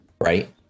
right